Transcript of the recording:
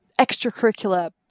extracurricular